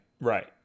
Right